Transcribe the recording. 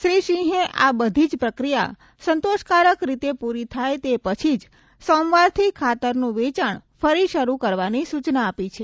શ્રી સિંહે આ બધી જ પ્રક્રિયા સંતોષકારક રીતે પૂરી થાય તે પછી જ સોમવારથી ખાતરનું વેચાણ ફરી શરૂ કરવાની સૂચના આપી છે